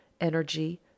energy